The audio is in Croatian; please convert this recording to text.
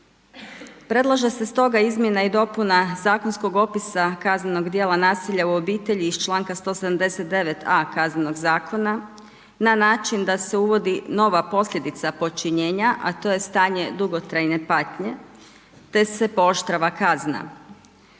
Predlaže se stoga izmjena i dopuna zakonskog opisa kaznenog djela nasilja u obitelji iz članka 179.a Kaznenog zakona na način da se uvodi nova posljedica počinjenja a to je stanje dugotrajne patnje te se pooštrava kazna.